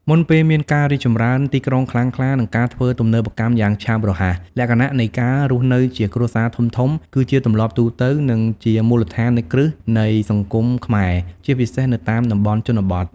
មុនពេលមានការរីកចម្រើនទីក្រុងខ្លាំងក្លា និងការធ្វើទំនើបកម្មយ៉ាងឆាប់រហ័ស លក្ខណៈនៃការរស់នៅជា គ្រួសារធំៗ គឺជាទម្លាប់ទូទៅ និងជាមូលដ្ឋានគ្រឹះនៃសង្គមខ្មែរ ជាពិសេសនៅតាមតំបន់ជនបទ។